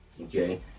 Okay